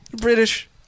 British